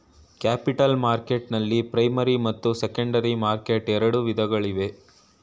capital ಮಾರ್ಕೆಟ್ನಲ್ಲಿ primary ಮತ್ತು secondary market ಎರಡು ವಿಧಗಳಿವೆ